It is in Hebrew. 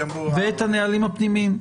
ואת הנהלים הפנימיים.